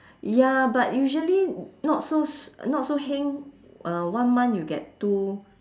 ya but usually not so s~ not so heng uh one month you get two